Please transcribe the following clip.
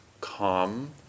calm